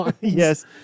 Yes